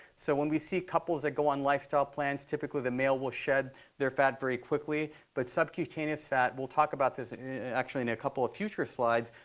so when we see couples that go on lifestyle plans, typically the male will shed their fat very quickly. but subcutaneous fat, we'll talk about this actually in a couple of future slides.